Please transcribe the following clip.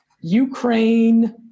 Ukraine